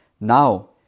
Now